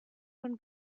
von